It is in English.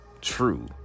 true